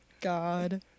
God